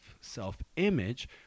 self-image